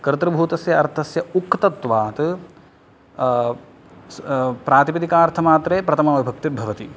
कर्तृभूतस्य अर्थस्य उक्तत्वात् प्रातिपदिकार्थमात्रे प्रथमाविभक्तिर्भवति